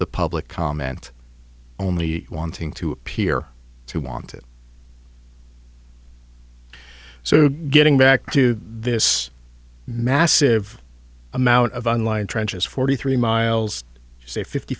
the public comment only wanting to appear to want it so getting back to this massive amount of on line trenches forty three miles say fifty